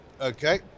Okay